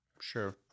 Sure